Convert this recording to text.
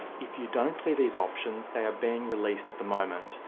if you don't see these options, they are being released at the moment,